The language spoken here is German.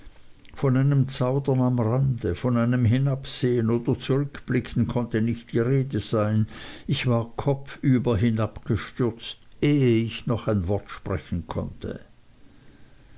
von einem zaudern am rande von einem hinabsehen oder zurückblicken konnte nicht die rede sein ich war kopfüber hinabgestürzt ehe ich noch ein wort sprechen konnte